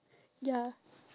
ya